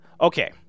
Okay